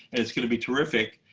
and it's going to be terrific.